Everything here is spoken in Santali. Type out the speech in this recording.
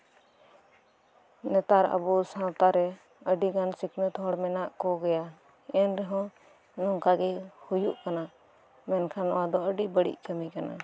ᱱᱮᱛᱟᱨ ᱟᱵᱚ ᱥᱟᱶᱛᱟ ᱨᱮ ᱟᱹᱰᱤ ᱜᱟᱱ ᱥᱤᱠᱷᱱᱟᱹᱛ ᱦᱚᱲ ᱢᱮᱱᱟᱜ ᱠᱚᱜᱮᱭᱟ ᱮᱱ ᱨᱮᱦᱚᱸ ᱱᱚᱝᱠᱟ ᱜᱮ ᱦᱩᱭᱩᱜ ᱠᱟᱱᱟ ᱢᱮᱱᱠᱷᱟᱱ ᱱᱚᱣᱟ ᱫᱚ ᱟᱹᱰᱤ ᱵᱟᱹᱲᱤᱡ ᱠᱟᱹᱢᱤ ᱠᱟᱱᱟ